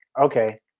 okay